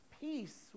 peace